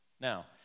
Now